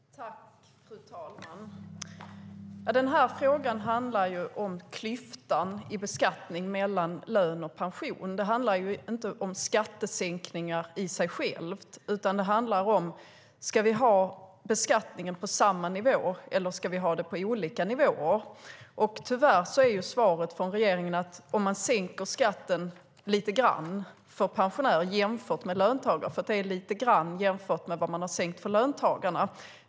Fru talman! Den här frågan handlar om klyftan i beskattning mellan lön och pension. Det handlar inte om skattesänkningar i sig själva, utan det handlar om: Ska vi ha beskattningen på samma nivå, eller ska vi ha den på olika nivåer? Tyvärr är svaret från regeringen att man sänker skatten lite grann för pensionärer. Det är lite grann jämfört med hur man har sänkt skatten för löntagarna.